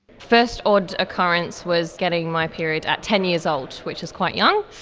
first odd occurrence was getting my period at ten years old, which is quite young.